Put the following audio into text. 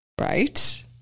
Right